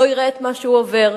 לא יראה את מה שהוא עובר,